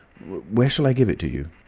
where shall i give it to you?